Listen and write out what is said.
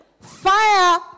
Fire